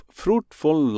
fruitful